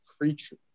creature